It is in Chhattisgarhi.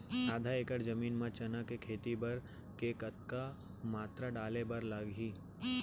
आधा एकड़ जमीन मा चना के खेती बर के कतका मात्रा डाले बर लागही?